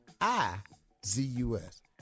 I-Z-U-S